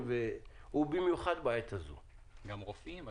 במיוחד בעת הזו --- גם רופאים,